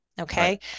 Okay